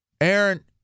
Aaron